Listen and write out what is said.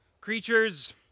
Creatures